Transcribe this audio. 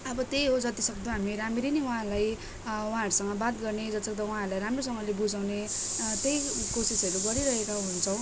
अब त्यही हो जतिसक्दो हामी राम्ररी नै उहाँलाई उहाँहरूसँग बात गर्ने जतिसक्दो उहाँहरूलाई राम्रोसँगले बुझाउने त्यही कोसिसहरू गरिरहेका हुन्छौँ